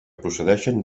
procedeixen